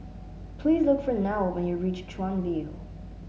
please look for Nelle when you reach Chuan View